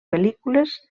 pel·lícules